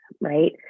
right